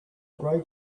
gray